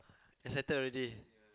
excited already